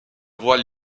voix